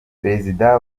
perezida